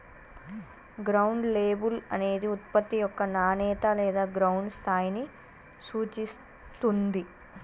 ground label అనేది ఉత్పత్తి యొక్క నాణేత లేదా గ్రౌండ్ స్థాయిని సూచిత్తుంది